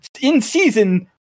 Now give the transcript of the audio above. in-season